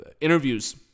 interviews